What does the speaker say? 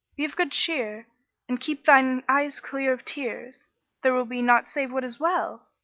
be of good cheer and keep thine eyes clear of tears there will be naught save what is well!